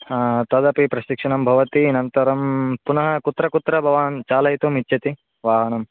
हा तदपि प्रशिक्षणं भवति अनन्तरं पुनः कुत्र कुत्र भवान् चालयितुम् इच्छति वाहनम्